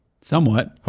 Somewhat